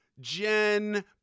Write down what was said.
jen